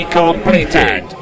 completed